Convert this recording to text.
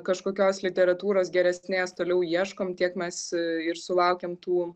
kažkokios literatūros geresnės toliau ieškom tiek mes ir sulaukiam tų